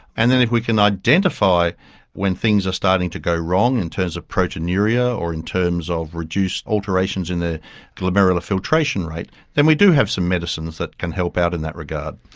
and then if we can identify when things are starting to go wrong in terms of proteinuria or in terms of reduced alterations in their glomerular filtration rate than we do have some medicines that can help out in that regard.